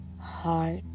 heart